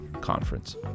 Conference